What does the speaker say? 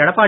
Edappadi